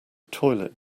toilet